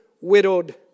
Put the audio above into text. widowed